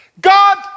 God